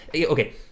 okay